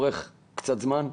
אורך קצת זמן,